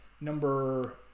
number